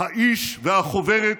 האיש והחוברת,